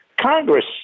Congress